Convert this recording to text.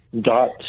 dot